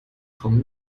kommen